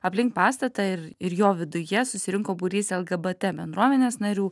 aplink pastatą ir ir jo viduje susirinko būrys lgbt bendruomenės narių